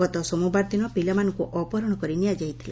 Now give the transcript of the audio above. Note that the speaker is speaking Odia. ଗତ ସୋମବାର ଦିନ ପିଲାମାନଙ୍କୁ ଅପହରଣ କରି ନିଆଯାଇଥିଲା